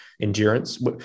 endurance